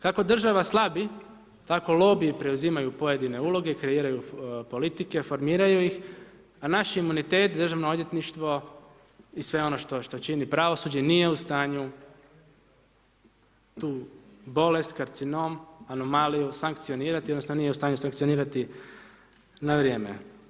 Kako država slabi, tako lobiji preuzimaju pojedine uloge i kreiraju politike, formiraju ih a naš imunitet državno odvjetništvo i sve ono što čini pravosuđe nije u stanju tu bolest, karcinom, anomaliju sankcionirati, odnosno nije u stanju sankcionirati na vrijeme.